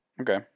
okay